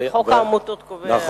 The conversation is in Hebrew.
חוק העמותות קובע את זה.